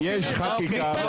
אנחנו פה בחקיקה.